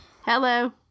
Hello